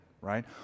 right